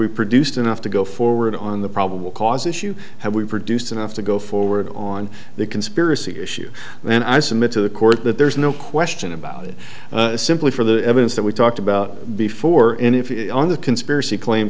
reproduced enough to go forward on the probable cause issue have we produced enough to go forward on the conspiracy issue and i submit to the court that there's no question about it simply for the evidence that we talked about before and if the conspiracy claim